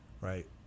right